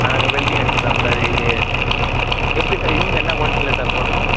அது நாங்கள் வெல்டிங் அடித்து தரோம் சார் இது எப்படி சார் இரும்பு என்ன குவாலிட்டியில் சார் பண்ணணும்